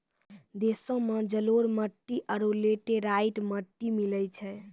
देशो मे जलोढ़ मट्टी आरु लेटेराइट मट्टी मिलै छै